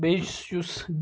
بیٚیِس یُس